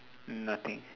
nothing